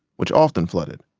which often flooded.